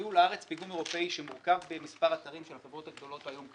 הביאו לארץ פיגום אירופי שמורכב במספר אתרים של החברות הגדולות היום,